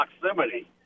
proximity